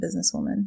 businesswoman